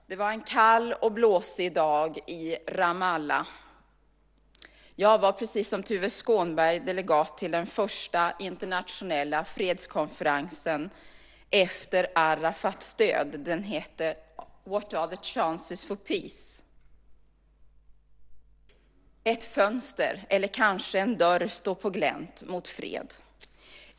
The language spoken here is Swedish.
Det var en kall och blåsig dag i Ramallah. Jag var precis som Tuve Skånberg delegat till den första internationella fredskonferensen efter Arafats död. Den heter What are the chances for peace? Ett fönster eller kanske en dörr står på glänt mot fred.